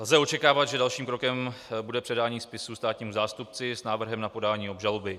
Lze očekávat, že dalším krokem bude předání spisu státnímu zástupci s návrhem na podání obžaloby.